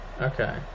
okay